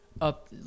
up